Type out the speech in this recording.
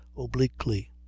obliquely